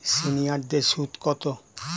সিনিয়ারদের সুদ কত?